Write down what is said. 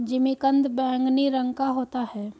जिमीकंद बैंगनी रंग का होता है